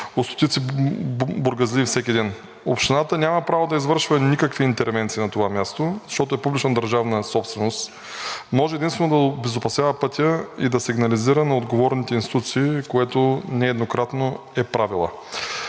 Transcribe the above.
стотици бургазлии всеки ден. Общината няма право да извършва никакви интервенции на това място, защото е публична държавна собственост. Може единствено да обезопасява пътя и да сигнализира на отговорните институции, което нееднократно е правила.